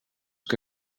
que